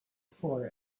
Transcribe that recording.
for